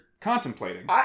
contemplating